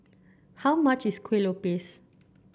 how much is Kue Lupis